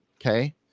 Okay